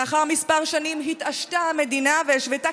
לאחר כמה שנים התעשתה המדינה והשוותה